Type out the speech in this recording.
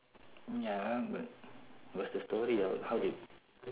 ya but what's the story how it